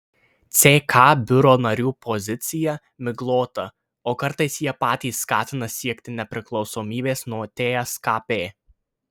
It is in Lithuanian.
ck biuro narių pozicija miglota o kartais jie patys skatina siekti nepriklausomybės nuo tskp